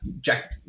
Jack